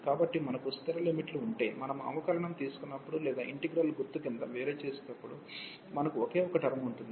కాబట్టి మనకు స్థిర లిమిట్ లు ఉంటే మనము అవకలనం తీసుకున్నప్పుడు లేదా ఇంటిగ్రల్ గుర్తు కింద వేరుచేసేటప్పుడు మనకు ఒకే ఒక టర్మ్ ఉంటుంది